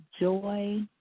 joy